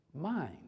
mind